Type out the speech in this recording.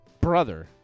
brother